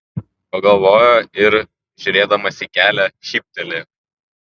pagalvojo ir žiūrėdamas į kelią šyptelėjo